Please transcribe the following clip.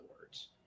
words